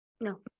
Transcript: No